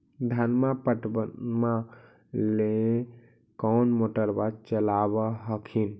धनमा पटबनमा ले कौन मोटरबा चलाबा हखिन?